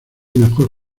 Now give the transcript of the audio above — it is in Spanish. mejor